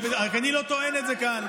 רק אני לא טוען את זה כאן.